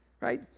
right